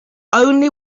only